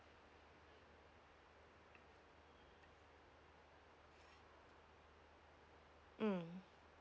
um